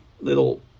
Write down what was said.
little